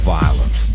violence